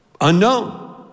unknown